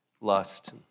lust